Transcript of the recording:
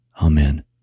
Amen